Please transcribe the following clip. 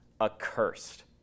accursed